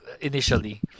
initially